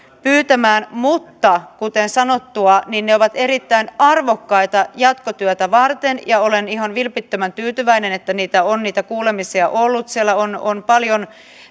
pyytämään mutta kuten sanottua ne ovat erittäin arvokkaita jatkotyötä varten ja olen ihan vilpittömän tyytyväinen että niitä kuulemisia on ollut siellä on on paljon